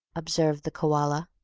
observed the koala.